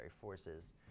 forces